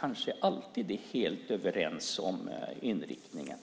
kanske inte alltid är helt överens om inriktningen.